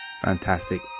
Fantastic